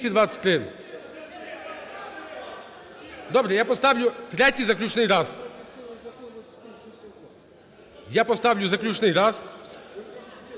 Добре. Я поставлю третій заключний раз. Я поставлю заключний раз